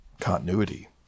Continuity